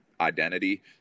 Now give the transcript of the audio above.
identity